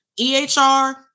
EHR